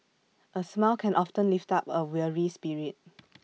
A smile can often lift up A weary spirit